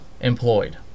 employed